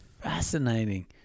fascinating